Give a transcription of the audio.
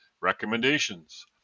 Recommendations